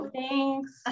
Thanks